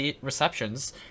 receptions